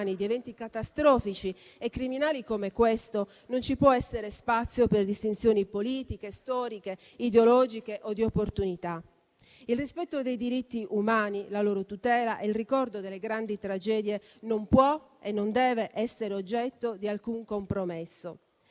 di eventi catastrofici e criminali come questo, non ci può essere spazio per distinzioni politiche, storiche, ideologiche o di opportunità. Il rispetto dei diritti umani, la loro tutela e il ricordo delle grandi tragedie non possono e non devono essere oggetto di alcun compromesso